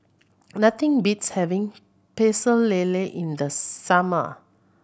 nothing beats having Pecel Lele in the summer